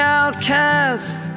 outcast